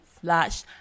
slash